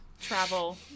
travel